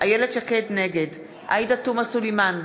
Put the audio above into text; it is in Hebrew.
נגד עאידה תומא סלימאן,